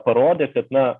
parodė kad na